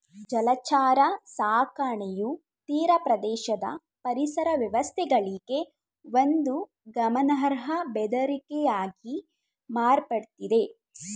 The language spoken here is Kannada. ಜಲಚರ ಸಾಕಣೆಯು ತೀರಪ್ರದೇಶದ ಪರಿಸರ ವ್ಯವಸ್ಥೆಗಳಿಗೆ ಒಂದು ಗಮನಾರ್ಹ ಬೆದರಿಕೆಯಾಗಿ ಮಾರ್ಪಡ್ತಿದೆ